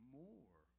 more